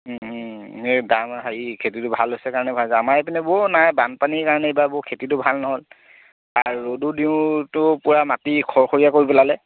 এই দাম হেৰি খেতিটো ভাল হৈছে কাৰণে দাম বাঢ়িছে আমাৰ এইপিনে বৌ নাই বানপানীৰ কাৰণে এইবাৰ বৰ খেতিটো ভাল নহ'ল আৰু ৰ'দো দিওঁতেও পূৰা মাটি খৰখৰীয়া কৰি পেলালে